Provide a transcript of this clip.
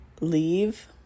leave